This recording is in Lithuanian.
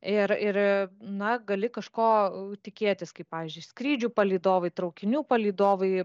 ir ir na gali kažko tikėtis kai pavyzdžiui skrydžių palydovai traukinių palydovai